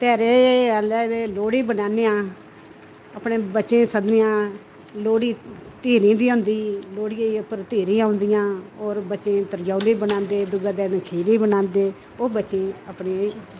ते रेह् लोह्ड़ी बनाने आं अपने बच्चें गी सद्दने आं लोह्ड़ी तिरनी बी होंदी लोह्ड़ियै दे उप्पर तीरियां औंदियां होर बच्चें गी त्रिचौली बनांदे दुए दिन खिचड़ी बनांदे ओह् बच्चें गी अपने